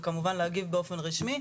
וכמובן להגיב באופן רשמי.